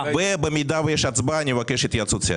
ובמידה שיש הצבעה אני מבקש התייעצות סיעתית.